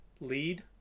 lead